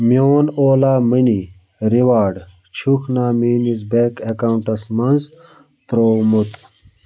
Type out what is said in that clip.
میون اولا مٔنی ریوارڈ چھُکھ نہٕ میٲنِس بینک اکاونٹَس منٛز ترٛومُت